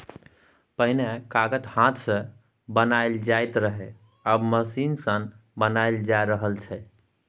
पहिने कागत हाथ सँ बनाएल जाइत रहय आब मशीन सँ बनाएल जा रहल छै